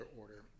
order